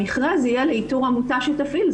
המכרז יהיה לאיתור עמותה שתפעיל,